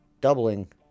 doubling